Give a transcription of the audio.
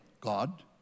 God